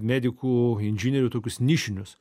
medikų inžinierių tokius nišinius